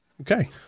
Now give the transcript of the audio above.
Okay